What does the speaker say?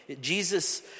Jesus